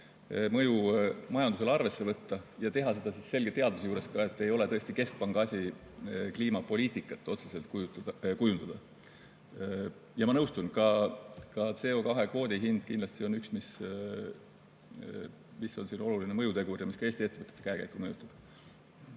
mõju majandusele arvesse võtta, ja teha seda samas selge teadmise juures, et ei ole tõesti keskpanga asi kliimapoliitikat otseselt kujundada. Ma nõustun, ka CO2-kvoodi hind kindlasti on üks, mis on siin oluline mõjutegur ja mis ka Eesti ettevõtete käekäiku mõjutab.